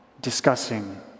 discussing